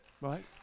right